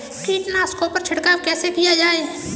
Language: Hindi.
कीटनाशकों पर छिड़काव कैसे किया जाए?